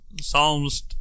Psalms